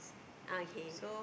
ah okay